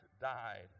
died